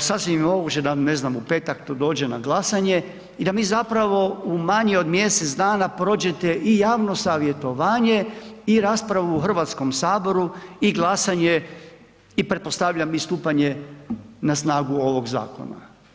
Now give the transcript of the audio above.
sasvim moguće, da ne znam, u petak to dođe na glasanje i da mi zapravo u manje od mjesec dana prođete i javno savjetovanje i raspravu u Hrvatskom saboru i glasanje i pretpostavljam i stupanje na snagu ovog zakona.